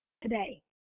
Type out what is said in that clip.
today